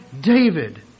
David